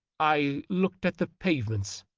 i looked at the pavements,